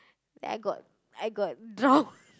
then I got I got drown